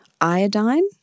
iodine